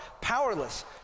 powerless